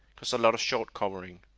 so lot of short covering.